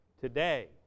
today